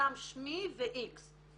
שיפורסם שמי ו-X,